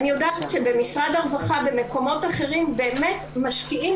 אני יודעת שבמשרד הרווחה במקומות אחרים באמת משקיעים